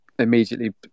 immediately